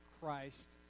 Christ